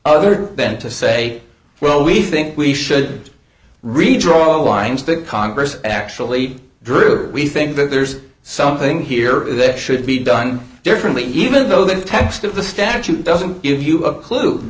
other then to say well we think we should redraw lines to congress actually drew we think that there's something here that should be done differently even though the text of the statute doesn't give you a clue